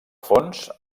fons